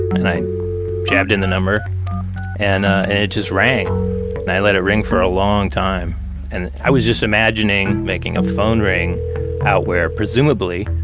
and i jabbed in the number and it just rang and i let it ring for a long time and i was just imagining making a phone ring out where presumably